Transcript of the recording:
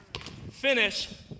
finish